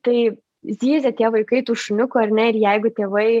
tai zyzia tie vaikai tų šuniukų ar ne ir jeigu tėvai